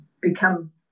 become